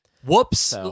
Whoops